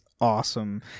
awesome